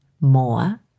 more